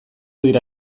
dira